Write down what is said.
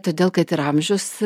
todėl kad ir amžius